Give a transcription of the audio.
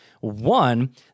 one